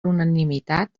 unanimitat